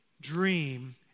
dream